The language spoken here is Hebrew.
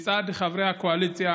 מצד חברי הקואליציה,